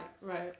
right